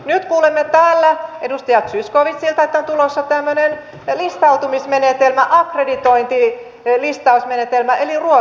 nyt kuulemme täällä edustaja zyskowiczilta että on tulossa tämmöinen akreditointilistausmenetelmä eli ruotsin malli